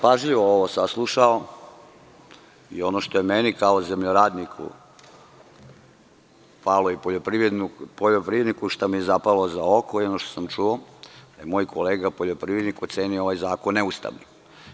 Pažljivo sam ovo saslušao i ono što je meni kao zemljoradniku pa i poljoprivredniku, što mi je zapalo za oko i ono što sam čuo, da je moj kolega poljoprivrednik ocenio ovaj zakon neustavnim.